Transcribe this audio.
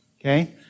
Okay